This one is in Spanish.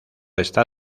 está